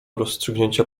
rozstrzygnięcia